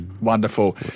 Wonderful